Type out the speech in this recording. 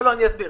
לא, אני אסביר.